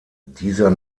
dieser